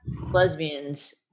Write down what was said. lesbians